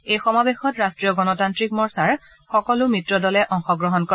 এই সমাৱেশত ৰাষ্ট্ৰীয় গণতান্ত্ৰিক মৰ্চাৰ সকলো মিত্ৰ দলে অংশগ্ৰহণ কৰে